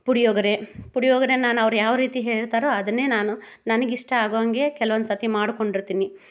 ಪುಳಿಯೋಗರೆ ಪುಳಿಯೋಗರೆ ನಾನು ಅವ್ರು ಯಾವ ರೀತಿ ಹೇಳ್ತಾರೊ ಅದನ್ನೇ ನಾನು ನನಗಿಷ್ಟ ಆಗೋ ಹಂಗೆ ಕೆಲ್ವೊಂದು ಸತಿ ಮಾಡ್ಕೊಂಡಿರ್ತೀನಿ